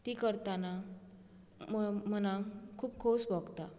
ती करतना मनाक खूब खोस भोगता